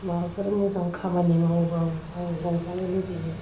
माबाफोर मोजां खामानि मावोबाबो आङो रंजानो लुगैयो